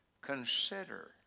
consider